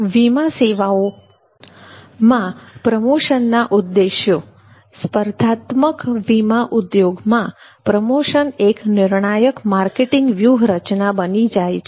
વીમા સેવાઓમાં પ્રમોશનના ઉદ્દેશ્યો સ્પર્ધાત્મક વીમા ઉદ્યોગમાં પ્રમોશન એક નિર્ણાયક માર્કેટિંગ વ્યૂહરચના બની જાય છે